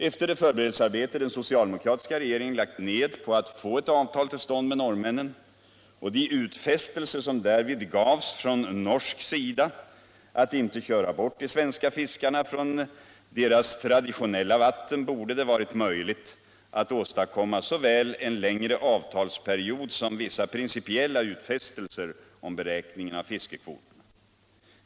Efter det förberedelsearbete som den socialdemokratiska regeringen lagt ned på att få ett avtal till stånd med norrmännen och de utfästelser som därvid gavs från norsk sida att inte köra bort de svenska fiskarna från deras traditionella vatten, borde det ha varit möjligt att åstadkomma såväl en längre avtalsperiod som vissa principiella utfästelser om beräkningen av fiskekvoterna.